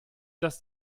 das